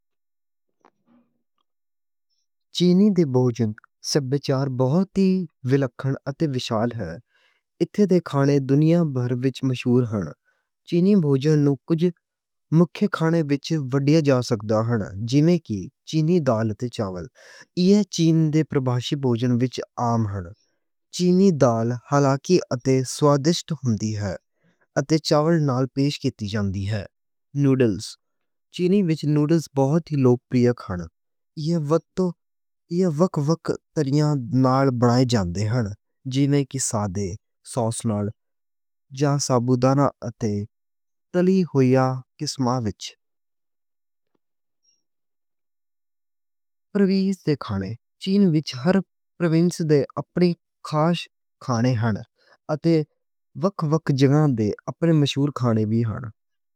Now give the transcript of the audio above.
چینی دے بوجن سبچار بہتی ولکھن اتے وشال ہے۔ ایتھے دے کھانے دنیا بھر وچ مشہور ہن۔ چینی بوجن نوں کجھ مکھی کھانے وچ وڈّیا جا سکدا ہن۔ جی میں کہی چینی دال تے چاول ایہہ چینی دے پربھاشی بوجن وچ عام ہن۔ چینی دال ہلکی اتے سوادشت ہندی ہے۔ اتے چاول نال پیش کیتی جانْدی ہے۔ نُوڈلز چینی وچ نُوڈلز بہت لوگ پریہ ہن ایہ وکھ وکھ طرحاں نال بنائے جاندے ہن۔ جی میں کہی سادے ساس نال جا ساچھَدانا اتے۔ تلی ہویا قسمہ وچ پردیش دے کھانے چین وچ ہر پروِنس دے اپنے خاص کھانے ہن۔ وکھ وکھ جگاں دے اپنے مشہور کھانے وی ہن۔